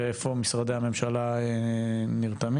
ואיפה משרדי הממשלה נרתמים.